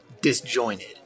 disjointed